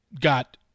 got